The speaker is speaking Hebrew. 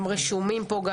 הם גם רשומים פה.